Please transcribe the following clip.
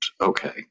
okay